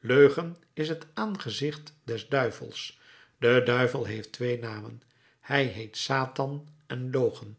leugen is het aangezicht des duivels de duivel heeft twee namen hij heet satan en logen